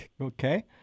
okay